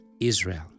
Israel